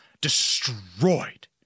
destroyed